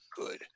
good